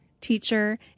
teacher